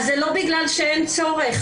אז זה לא בגלל שאין צורך